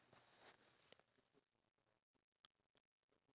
okay so that's in terms of that but